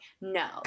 no